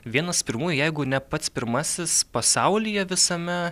vienas pirmųjų jeigu ne pats pirmasis pasaulyje visame